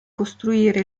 costruire